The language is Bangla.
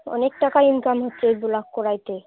অনেক টাকা ইনকাম হচ্ছে ওই ভ্লগ করাতে